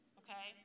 okay